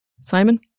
Simon